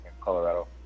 Colorado